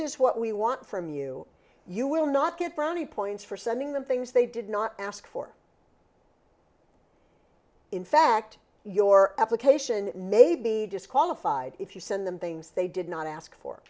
is what we want from you you will not get brownie points for sending them things they did not ask for in fact your application may be disqualified if you send them things they did not ask